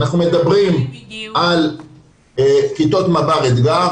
אנחנו מדברים על כיתות מב"ר עמדה,